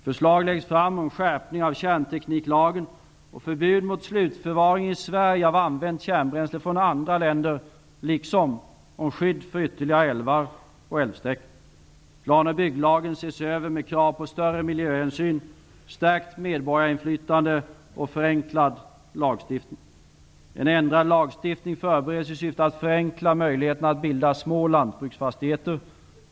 Förslag läggs om skärpning av kärntekniklagen och förbud mot slutförvaring i Sverige av använt kärnbränsle från andra länder liksom om skydd av ytterligare älvar och älvsträckor. Plan och bygglagen ses över med krav på större miljöhänsyn, stärkt medborgarinflytande och förenklad lagstiftning. En ändrad lagstiftning förbereds i syfte att förenkla möjligheterna att bilda små lantbruksfastigheter.